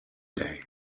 day